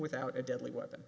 without a deadly weapon